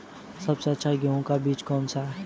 सबसे अच्छा गेहूँ का बीज कौन सा है?